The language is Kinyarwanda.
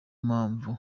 mpamvu